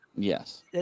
Yes